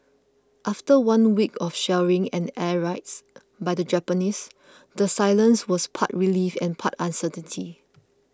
after one week of shelling and air raids by the Japanese the silence was part relief and part uncertainty